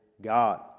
God